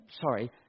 sorry